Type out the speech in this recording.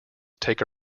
take